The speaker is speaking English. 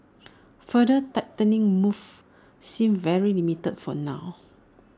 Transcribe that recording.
further tightening moves seem very limited for now